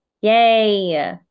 yay